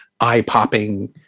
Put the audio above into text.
eye-popping